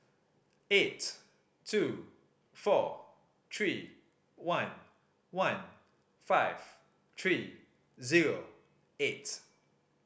eight two four three one one five three zero eight